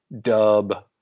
dub